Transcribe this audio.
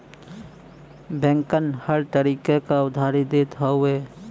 बैंकन हर तरीके क उधारी देत हउए